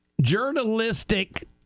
journalistic